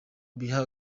biha